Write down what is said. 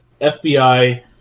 FBI